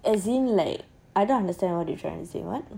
as in like I don't understand what you trying to say lah